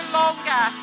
longer